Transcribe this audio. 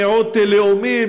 מיעוט לאומי,